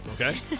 Okay